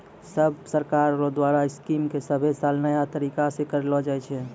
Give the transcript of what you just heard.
सब सरकार रो द्वारा स्कीम के सभे साल नया तरीकासे करलो जाए छै